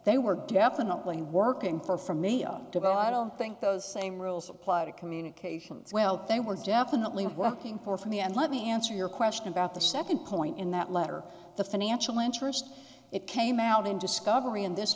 they were definitely working for me on devout i don't think those same rules apply to communications well they were definitely working for for me and let me answer your question about the second point in that letter the financial interest it came out in discovery in this